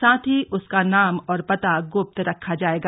साथ ही उसका नाम और पता गुप्त रखा जाएगा